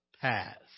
paths